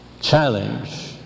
challenge